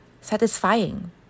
satisfying